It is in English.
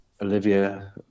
Olivia